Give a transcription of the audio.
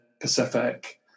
Pacific